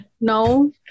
no